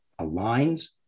aligns